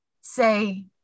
say